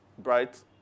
bright